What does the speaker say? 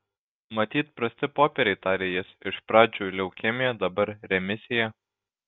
matyt prasti popieriai tarė jis iš pradžių leukemija dabar remisija